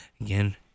again